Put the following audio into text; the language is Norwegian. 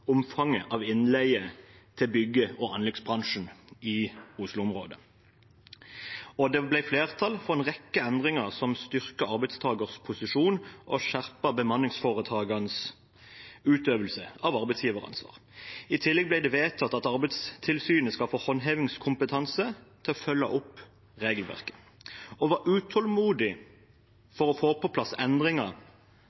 omfanget av innleie til bygg- og anleggsbransjen i Oslo-området, og det ble flertall for en rekke endringer som styrket arbeidstakers posisjon og skjerpet bemanningsforetakenes utøvelse av arbeidsgiveransvar. I tillegg ble det vedtatt at Arbeidstilsynet skal få håndhevingskompetanse til å følge opp regelverket. Å være utålmodig